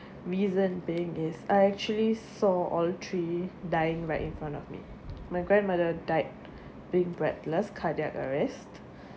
reason being is I actually saw all three dying right in front of me my grandmother died being breathless cardiac arrest